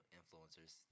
influencers